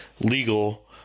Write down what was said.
legal